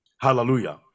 hallelujah